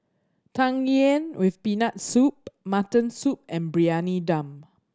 Tang Yuen with Peanut Soup mutton soup and Briyani Dum